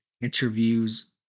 interviews